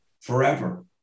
forever